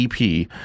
EP